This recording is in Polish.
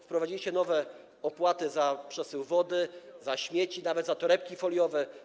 Wprowadziliście nowe opłaty za przesył wody, za śmieci, nawet za torebki foliowe.